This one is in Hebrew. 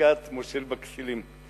מזעקת מושל בכסילים".